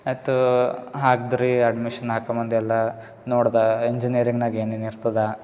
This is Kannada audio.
ಅತ್ತೂ ಹಾಕಿದ್ರಿ ಅಡ್ಮಿಷನ್ ಆಕ ಬಂದು ಎಲ್ಲ ನೋಡ್ದೆ ಇಂಜಿನಿಯರಿಂಗ್ನಾಗ ಏನೇನು ಇರ್ತದೆ